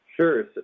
Sure